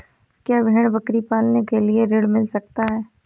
क्या भेड़ बकरी पालने के लिए ऋण मिल सकता है?